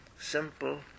simple